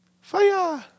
fire